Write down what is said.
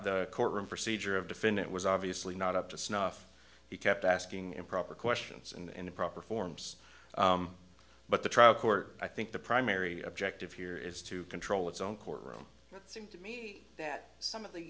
proper courtroom procedure of defendant was obviously not up to snuff he kept asking improper questions and in a proper forms but the trial court i think the primary objective here is to control its own courtroom it seemed to me that some of the